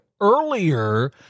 earlier